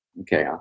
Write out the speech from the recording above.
Okay